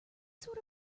sort